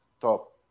top